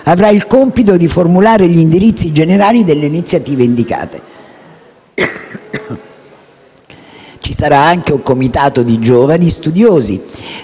avrà il compito di formulare gli indirizzi generali delle iniziative indicate. Vi sarà anche un comitato di giovani studiosi